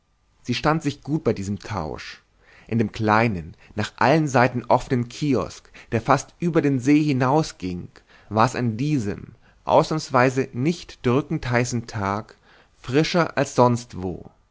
sie stand sich gut bei diesem tausch in dem kleinen nach allen seiten offenen kiosk der fast über den see hinaushing war es an diesem ausnahmsweise nicht drückend heißen tag frischer als sonst wo